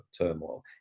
turmoil